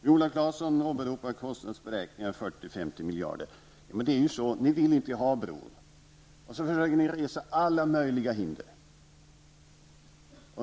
Viola Claesson åberopar kostnadsberäkningar som visar på 40--50 miljarder. Ni vill ju inte ha bron, och så försöker ni resa alla möjliga hinder.